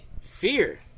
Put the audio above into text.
fear